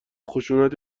خشونت